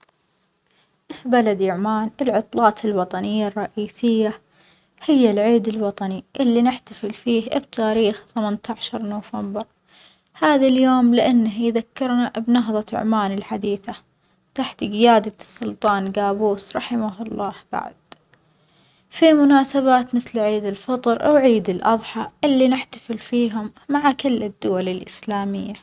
في بلدي عمان العطلات الوطنية الرئيسية هي العيد الوطني اللي بنحتفل فيه بتاريخ ثمانية عشر نوفمبر، هذا اليوم لأنه يذكرنا بنهضة عمان الحديثة تحت جيادة السلطان جابوس رحمه الله بعد، في مناسبات مثل عيد الفطر أو عيد الأضحى مثل كل الدول الإسلامية